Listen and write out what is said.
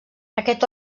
aquest